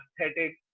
aesthetic